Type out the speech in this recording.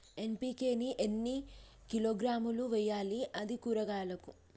NPK ని ఎన్ని కిలోగ్రాములు వెయ్యాలి? అది కూరగాయలకు?